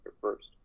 first